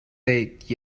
date